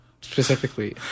Specifically